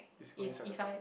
is going inside the park ah